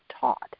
taught